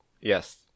Yes